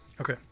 okay